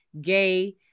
gay